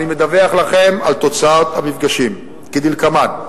אני מדווח לכם על תוצאת המפגשים, כדלקמן: